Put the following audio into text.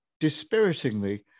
dispiritingly